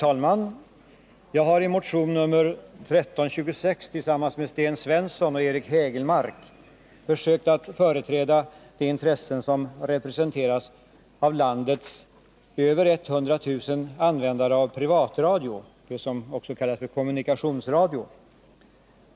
Herr talman! I motion 1326 har jag tillsammans med Sten Svensson och Eric Hägelmark försökt att företräda de intressen som representeras av landets över 100 000 användare av privatradio, det som också kallas för kommunikationsradio.